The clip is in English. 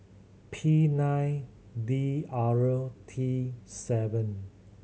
P nine D R T seven